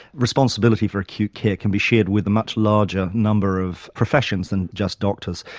responsibility for acute care can be shared with a much larger number of professions than just doctors.